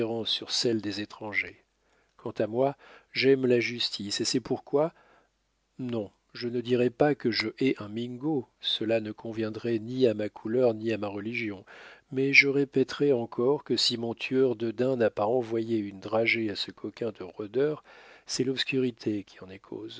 sur celles des étrangers quant à moi j'aime la justice et c'est pourquoi non je ne dirai pas que je hais un mingo cela ne conviendrait ni à ma couleur ni à ma religion mais je répéterai encore que si mon tueur de daims n'a pas envoyé une dragée à ce coquin de rôdeur c'est l'obscurité qui en est cause